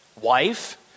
Wife